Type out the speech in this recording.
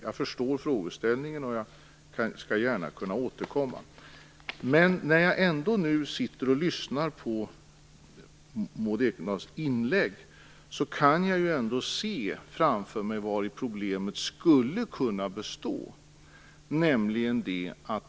Jag förstår frågeställningen, och jag skall gärna återkomma. När jag sitter och lyssnar på Maud Ekendahls inlägg kan jag se framför mig vad problemet skulle kunna bestå i.